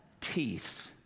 teeth